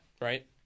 Right